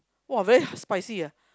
!wah! very spicy ah